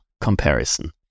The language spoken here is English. comparison